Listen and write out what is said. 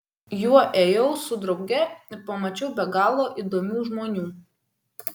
juo ėjau su drauge ir mačiau be galo įdomių žmonių